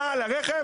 בעל הרכב,